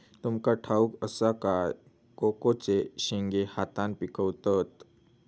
तुमका ठाउक असा काय कोकोचे शेंगे हातान पिकवतत